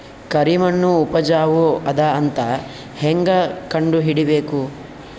ಕರಿಮಣ್ಣು ಉಪಜಾವು ಅದ ಅಂತ ಹೇಂಗ ಕಂಡುಹಿಡಿಬೇಕು?